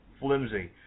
flimsy